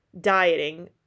dieting